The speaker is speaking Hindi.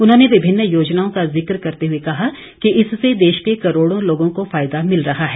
उन्होंने विभिन्न योजनाओं का जिक्र करते हुए कहा कि इससे देश के करोड़ों लोगों को फायदा मिल रहा है